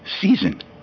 season